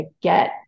get